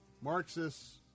Marxists